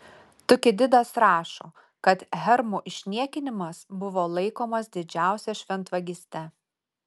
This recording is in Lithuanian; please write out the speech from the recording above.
tukididas rašo kad hermų išniekinimas buvo laikomas didžiausia šventvagyste